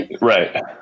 Right